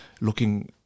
looking